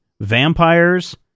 Vampires